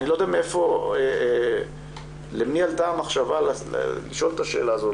אני לא יודע למי עלתה המחשבה לשאול את השאלה הזו,